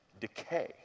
decay